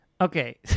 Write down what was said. Okay